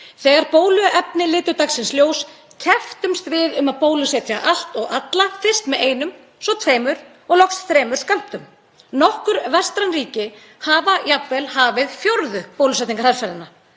Þegar bóluefni litu dagsins ljós kepptumst við við að bólusetja allt og alla, fyrst með einum, svo tveimur og loks þremur skömmtum. Nokkur vestræn ríki hafa jafnvel hafið fjórðu bólusetningarherferðina.